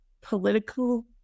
political